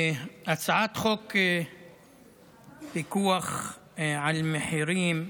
הצעת חוק פיקוח על מחירים,